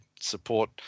support